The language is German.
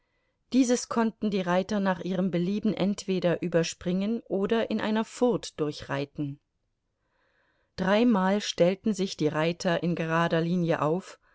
dieses konnten die reiter nach ihrem belieben entweder überspringen oder in einer furt durchreiten dreimal stellten sich die reiter in gerader linie auf